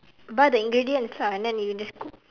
buy the ingredients lah and then you just cook